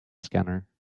scanner